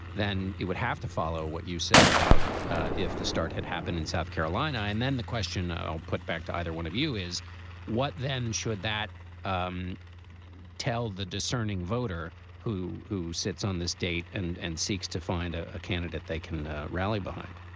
then it would have to follow what you said about if the start had happened in south carolina. and then the question put back to either one of you is what then? should that um tell the discerning voter who who sits on this date and and seeks to find a ah candidate they can rally behind?